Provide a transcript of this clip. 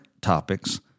topics